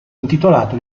intitolato